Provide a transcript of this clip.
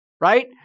right